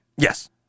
Yes